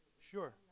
Sure